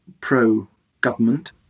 pro-government